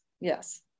Yes